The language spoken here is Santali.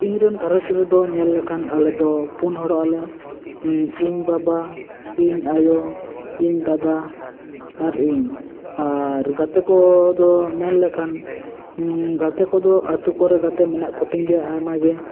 ᱤᱧ ᱨᱮᱱ ᱜᱷᱟᱨᱚᱸᱡᱽ ᱨᱮᱫᱚ ᱧᱮᱞ ᱞᱮᱠᱷᱟᱱ ᱟᱞᱮ ᱫᱚ ᱯᱩᱱ ᱦᱚᱲᱚᱜ ᱟᱞᱮ ᱤᱧ ᱵᱟᱵᱟ ᱤᱧ ᱟᱭᱳ ᱤᱧ ᱫᱟᱫᱟ ᱟᱨ ᱤᱧ ᱟᱨ ᱜᱟᱛᱮ ᱠᱚ ᱫᱚ ᱢᱮᱱ ᱞᱮᱠᱷᱟᱱ ᱜᱟᱛᱮ ᱠᱚᱫᱚ ᱟᱛᱳ ᱠᱚᱨᱮ ᱜᱟᱛᱮ ᱢᱮᱱᱟᱜ ᱠᱚᱛᱮᱧ ᱜᱮ ᱟᱭᱢᱟ ᱜᱮ